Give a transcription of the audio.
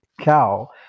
cow